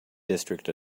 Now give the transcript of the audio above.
district